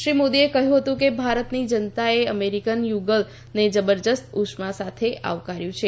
શ્રી મોદીએ કહ્યું હતું કે ભારતની જનતાએ અમેરિકન યુગલને જબરજસ્ત ઉષ્મા સાથે આવકાર્યું છે